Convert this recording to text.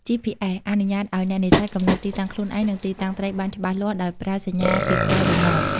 GPS អនុញ្ញាតឲ្យអ្នកនេសាទកំណត់ទីតាំងខ្លួនឯង និងទីតាំងត្រីបានច្បាស់លាស់ដោយប្រើសញ្ញាពីផ្កាយរណប។